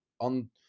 on